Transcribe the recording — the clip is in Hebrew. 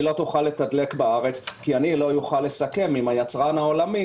היא לא תוכל לתדלק בארץ כי אני לא אוכל לסכם עם היצרן העולמי